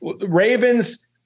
Ravens